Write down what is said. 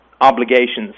obligations